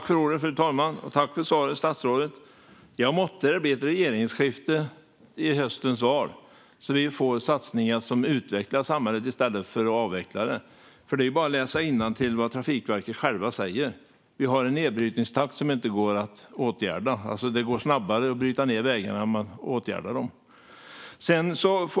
Fru talman! Jag tackar statsrådet för svaret. Måtte det bli ett regeringsskifte i höstens val så att vi får satsningar som utvecklar samhället i stället för att avveckla det! Det är bara att läsa vad Trafikverket själva skriver: Vi har en nedbrytningstakt som inte går att åtgärda. Det går alltså snabbare att bryta ned vägarna än att åtgärda dem.